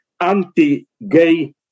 anti-gay